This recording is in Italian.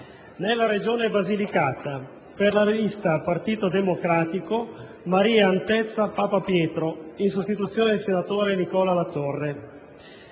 nella Regione Basilicata, per la lista "Partito Democratico", Maria Antezza Papapietro, in sostituzione del senatore Nicola Latorre;